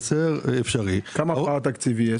כמה פער תקציבי יש?